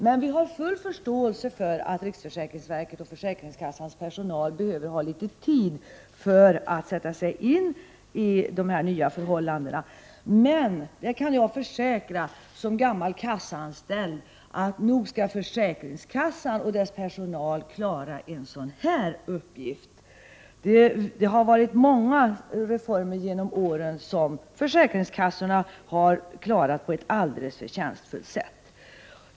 Men vi har full förståelse för att riksförsäkringsverket och försäkringskassans personal behöver tid för att sätta sig in i de nya förhållandena. Jag kan, som gammal kasseanställd, försäkra att försäkringskassans personal klarar en uppgift av detta slag. Försäkringskassorna har genom åren klarat av många reformer på ett förtjänstfullt sätt.